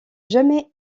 jamais